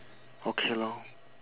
okay lor